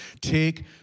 take